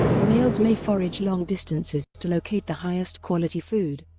males may forage long distances to locate the highest quality food.